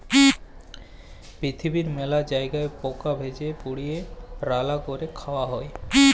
পিরথিবীর মেলা জায়গায় পকা ভেজে, পুড়িয়ে, রাল্যা ক্যরে খায়া হ্যয়ে